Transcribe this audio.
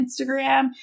Instagram